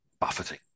buffeting